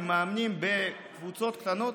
מאמנים בקבוצות קטנות,